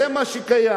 זה מה שקיים.